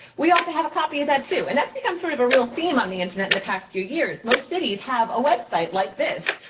we ought to have a copy of that too. and that's become sort of a real theme on the internet in the past few years. most cities have a website like this.